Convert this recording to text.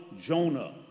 Jonah